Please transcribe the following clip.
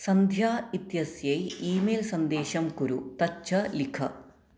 सन्ध्या इत्यस्यै email सन्देशं कुरु तच्च लिख